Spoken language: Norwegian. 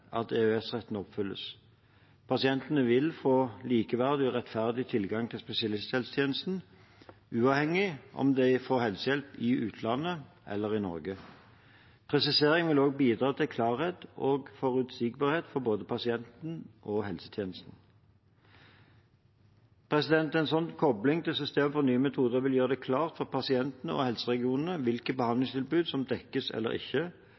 at EØS-retten oppfylles. Pasientene vil få likeverdig og rettferdig tilgang til spesialisthelsetjenesten, uavhengig av om de får helsehjelp i utlandet eller i Norge. Presiseringen vil også bidra til klarhet og forutsigbarhet for både pasientene og helsetjenesten. En slik kobling til systemet for nye metoder vil gjøre det klart for pasientene og helseregionene hvilke behandlingstilbud som dekkes eller ikke,